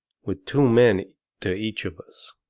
with two men to each of us,